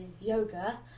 yoga